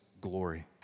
glory